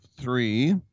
three